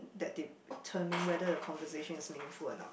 that determine whether the conversation is meaningful a not